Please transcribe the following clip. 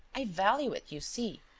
i value it, you see.